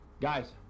guys